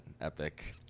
epic